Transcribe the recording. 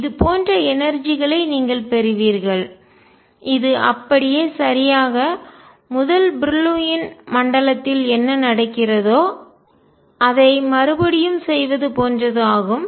இது போன்ற எனர்ஜி களை ஆற்றல் நீங்கள் பெறுவீர்கள் இது அப்படியே சரியாக முதல் பிரில்லூயின் மண்டலத்தில் என்ன நடக்கிறதோ அதை மறுபடியும் செய்வது போன்றது ஆகும்